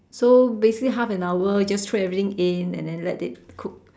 so basically half an hour just throw everything in and then let it cook